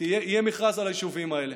יהיה מכרז על היישובים האלה.